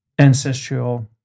ancestral